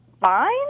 fine